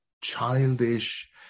childish